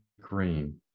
green